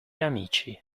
amici